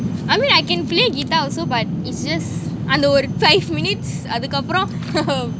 I mean I can play guitar also but it's just அந்த ஒரு:antha oru five minutes அதுக்கப்பறோம்:athukapporoam